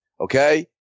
okay